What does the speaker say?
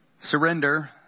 surrender